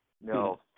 no